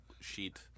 sheet